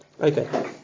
Okay